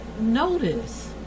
notice